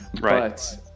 Right